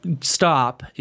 stop